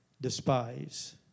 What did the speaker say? despise